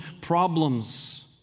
problems